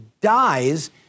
dies